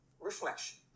Reflection